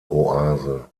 oase